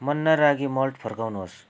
मन्ना ragi malt फर्काउनुहोस्